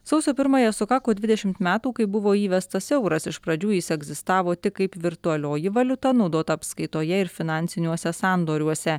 sausio pirmąją sukako dvidešimt metų kai buvo įvestas euras iš pradžių jis egzistavo tik kaip virtualioji valiuta naudota apskaitoje ir finansiniuose sandoriuose